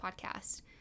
podcast